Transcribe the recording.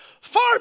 Far